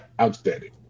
outstanding